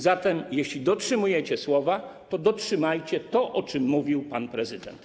Zatem jeśli dotrzymujecie słowa, to dotrzymajcie tego, o czym mówił pan prezydent.